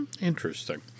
Interesting